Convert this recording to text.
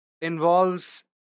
involves